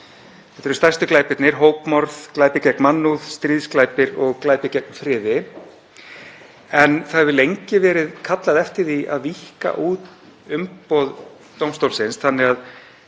Þetta eru stærstu glæpirnir; hópmorð, glæpir gegn mannúð, stríðsglæpir og glæpir gegn friði. Það hefur lengi verið kallað eftir því að víkka út umboð dómstólsins þannig að